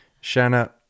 shanna